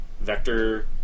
vector